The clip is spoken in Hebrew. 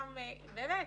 באמת